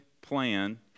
plan